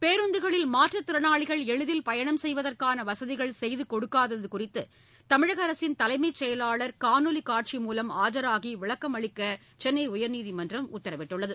பேருந்துகளில் மாற்றுத் திறனாளிகள் எளிதில் பயணம் செய்வதற்கான வசதிகள் செய்து கொடுக்காதது குறித்து தமிழக அரசின் தலைமைச் செயலாளர் காணொலி காட்சி மூலம் ஆஜராகி விளக்கம் அளிக்க சென்னை உயர்நீதிமன்றம் உத்தரவிட்டுள்ளது